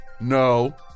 No